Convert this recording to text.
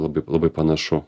labai labai panašu